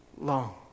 long